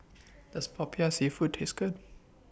Does Popiah Seafood Taste Good